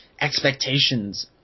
expectations